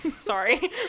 Sorry